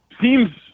seems